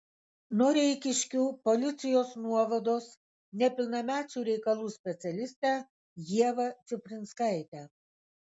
noreikiškių policijos nuovados nepilnamečių reikalų specialistę ievą čiuprinskaitę